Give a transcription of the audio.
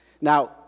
Now